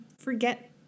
forget